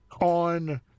on